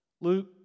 Luke